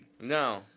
No